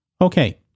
Okay